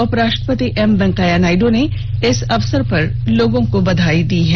उपराष्ट्रपति एम वेंकैया नायडू ने इस अवसर पर लोगों को बधाई दी है